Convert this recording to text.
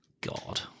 god